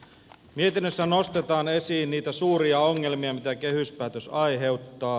mietinnössä nostetaan esiin niitä suuria ongelmia mitä kehys päätös aiheuttaa